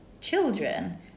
children